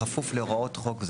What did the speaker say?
בכפוף להוראות חוק זה.